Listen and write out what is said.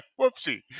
whoopsie